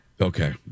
okay